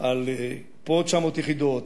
הודיע על פה 900 יחידות,